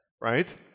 right